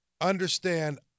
understand